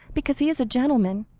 because he is a gentleman.